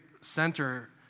center